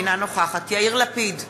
אינה נוכחת יאיר לפיד,